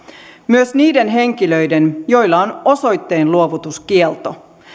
myös niiden henkilöiden joilla on osoitteenluovutuskielto